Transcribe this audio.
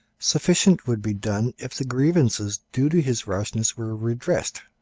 sufficient would be done if the grievances due to his rashness were redressed.